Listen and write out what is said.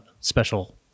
special